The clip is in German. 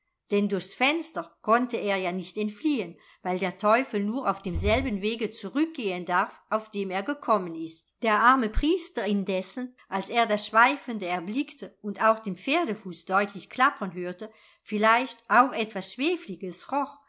denn durchs fenster konnte er ja nicht entfliehen weil der teufel nur auf demselben wege zurückgehen darf auf dem er gekommen ist der arme priester indessen als er das schweifende erblickte und auch den pferdefuß deutlich klappern hörte vielleicht auch etwas